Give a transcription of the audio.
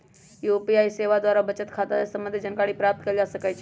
UPI सेवा द्वारा बचत खता से संबंधित जानकारी प्राप्त कएल जा सकहइ